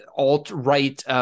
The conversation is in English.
alt-right